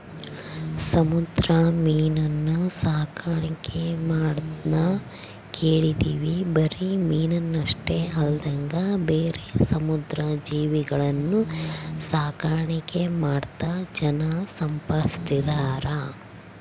ಸಮುದ್ರ ಮೀನುನ್ನ ಸಾಕಣ್ಕೆ ಮಾಡದ್ನ ಕೇಳಿದ್ವಿ ಬರಿ ಮೀನಷ್ಟೆ ಅಲ್ದಂಗ ಬೇರೆ ಸಮುದ್ರ ಜೀವಿಗುಳ್ನ ಸಾಕಾಣಿಕೆ ಮಾಡ್ತಾ ಜನ ಸಂಪಾದಿಸ್ತದರ